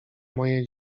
moje